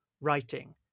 writing